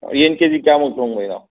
ꯌꯦꯟ ꯀꯦ ꯖꯤ ꯀꯌꯥꯃꯨꯛ ꯊꯣꯡꯕꯩꯅꯣ